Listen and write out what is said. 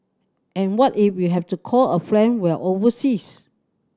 and what if we have to call a friend while overseas